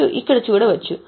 మీరు ఇక్కడ చూడవచ్చు